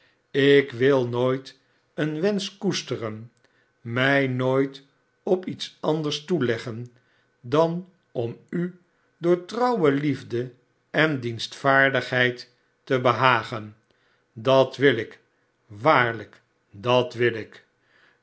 ik wil nooit een wensch koesteren mij nooit op iets anders toeleggen dan om u door trouwe liefde en dienstvaardigheid te behagen dat wil ik waarlijk dat wil ik